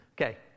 okay